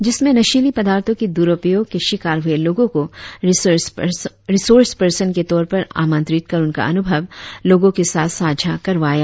जिसमें नशीली पदार्शो के दुरुपयोग के शिकार हुए लोगो को रिसर्स पर्सन के तौर पर आमंत्रित कर उनका अनुभव लोगो के साथ सांझा करवाया